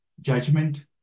judgment